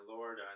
Lord